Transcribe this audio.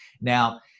Now